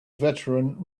veteran